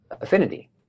affinity